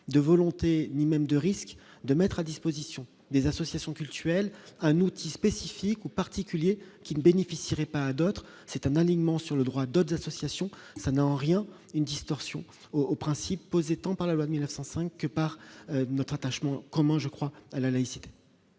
de volonté, ni même de risque de mettre à disposition des associations cultuelles, un outil spécifique ou particulier qui ne bénéficierait pas d'autres c'est un alignement sur le droit d'autres associations, ça n'a en rien une distorsion aux principaux tant par la loi de 1905 par notre attachement commun je crois à la laïcité.